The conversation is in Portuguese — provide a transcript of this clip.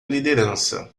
liderança